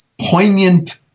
poignant